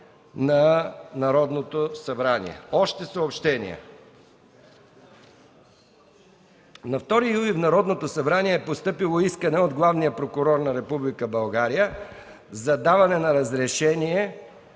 на Народното събрание. Още съобщения: На 2 юли 2013 г. в Народното събрание е постъпило искане от Главния прокурор на Република България за даване на разрешение